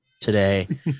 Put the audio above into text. today